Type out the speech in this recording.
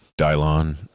Dylon